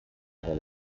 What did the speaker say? del